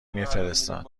میرستاد